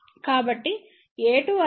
కాబట్టి a2 అనేది ΓL b2